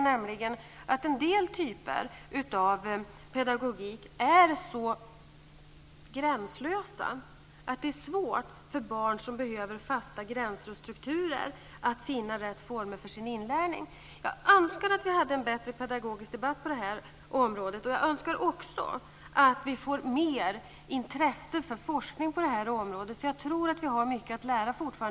Man säger att en del typer av pedagogik är så gränslösa att det är svårt för barn som behöver fasta gränser och strukturer att finna rätt former för sin inlärning. Jag önskar att vi hade en bättre pedagogisk debatt på det här området. Jag önskar också att vi får mer intresse för forskning på det här området, för jag tror att vi fortfarande har mycket att lära.